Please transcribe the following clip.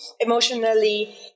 emotionally